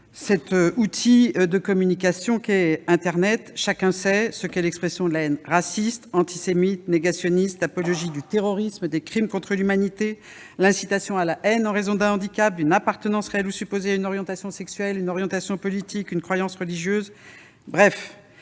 cet outil de communication qu'est internet. Chacun sait ce qu'est l'expression de la haine raciste, antisémite, négationniste, l'apologie du terrorisme ou des crimes contre l'humanité, l'incitation à la haine en raison d'un handicap, d'une appartenance réelle ou supposée à une orientation sexuelle, d'une orientation politique, d'une croyance religieuse.